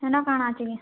ହେନ୍ କାଣ୍ ଅଛି କି